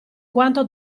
quanto